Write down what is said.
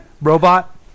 robot